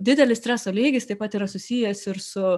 didelis streso lygis taip pat yra susijęs ir su